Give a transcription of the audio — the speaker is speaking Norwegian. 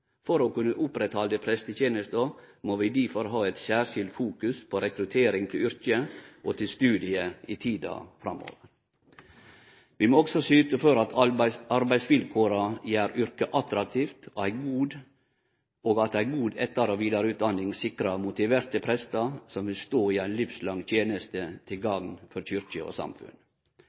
For å kunne oppretthalde prestetenesta må vi difor fokusere særskilt på rekruttering til yrket og til studiet i tida framover. Vi må også syte for at arbeidsvilkåra gjer yrket attraktivt, og at ei god etter- og vidareutdanning sikrar motiverte prestar som vil stå i ei livslang teneste til gagn for kyrkje og samfunn.